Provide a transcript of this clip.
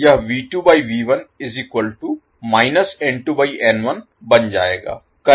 तो इसीलिए यह बन जाएगा